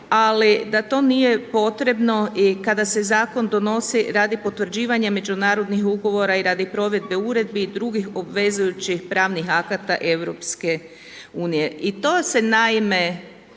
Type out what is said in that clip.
ali da to nije potrebno i kada se zakon donosi radi potvrđivanja međunarodnih ugovora i radi provedbe uredbi drugih obvezujućih pravnih akata EU. I to se naime